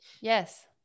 Yes